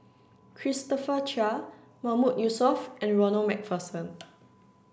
Christopher Chia Mahmood Yusof and Ronald MacPherson